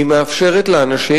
היא מאפשרת לאנשים,